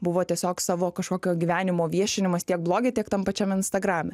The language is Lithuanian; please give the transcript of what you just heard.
buvo tiesiog savo kažkokio gyvenimo viešinimas tiek bloge tiek tam pačiam instagram